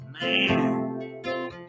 man